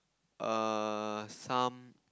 err some